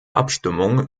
abstimmung